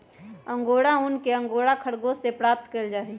angora ऊन एक angora खरगोश से प्राप्त कइल जाहई